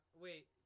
Wait